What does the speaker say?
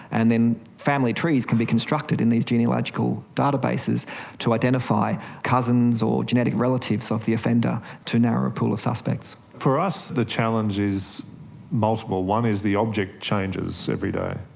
and then family trees can be constructed in these genealogical databases to identify cousins or genetic relatives of the offender, to narrow a pool of suspects. for us the challenge is multiple. one is the object changes every day.